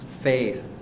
faith